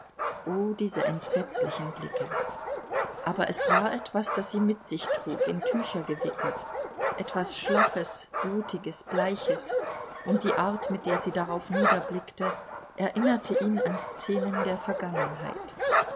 diese entsetzlichen blicke aber es war etwas das sie mit sich trug in tücher gewickelt etwas schlaffes blutiges bleiches und die art mit der sie darauf niederblickte erinnerte ihn an szenen der vergangenheit